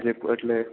એટલે